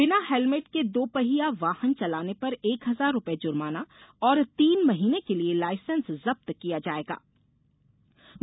बिना हेलमेट के दुपहिया चलाने पर एक हजार रुपये जुर्माना और तीन महीने के लिए लाइसेंस जब्त किया जा सकता है